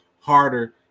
harder